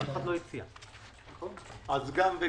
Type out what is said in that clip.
גם היום